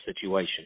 situation